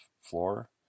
floor